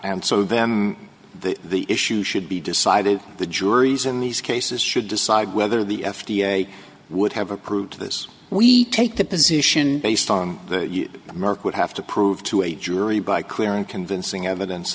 and so then the the issue should be decided the juries in these cases should decide whether the f d a would have approved this we take the position based on merck would have to prove to a jury by clear and convincing evidence